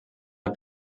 als